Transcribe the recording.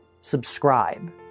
subscribe